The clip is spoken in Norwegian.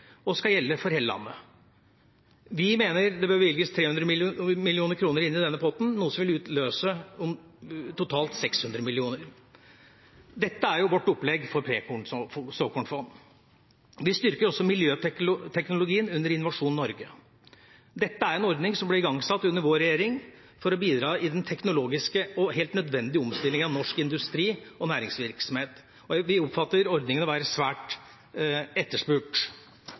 og skal gjelde for hele landet. Vi mener det bør bevilges 300 mill. kr inn i denne potten, noe som vil utløse totalt 600 mill. kr. Dette er vårt opplegg for pre-såkornfond. Vi styrker også miljøteknologien under Innovasjon Norge. Dette er en ordning som ble igangsatt under vår regjering for å bidra i den teknologiske og helt nødvendige omstillingen av norsk industri og næringsvirksomhet. Vi oppfatter ordningen som å være svært etterspurt.